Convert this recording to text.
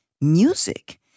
music